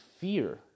fear